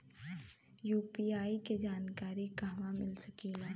UPI के जानकारी कहवा मिल सकेले?